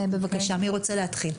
בבקשה, מי רוצה להתחיל?